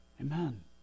Amen